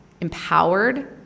empowered